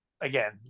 again